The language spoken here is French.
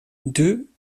deux